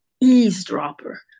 eavesdropper